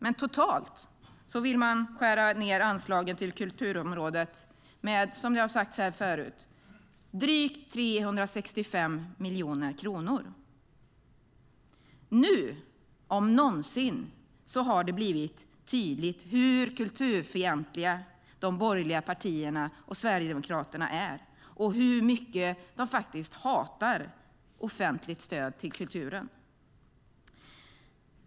Men totalt vill man skära ned anslagen till kulturområdet med drygt 365 miljoner, som det har sagts här förut. Nu om någonsin har det blivit tydligt hur kulturfientliga de borgerliga partierna och Sverigedemokraterna är och hur mycket de faktiskt hatar offentligt stöd till kulturen.